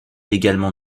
également